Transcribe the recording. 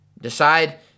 Decide